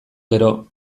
gero